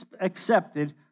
accepted